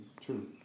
true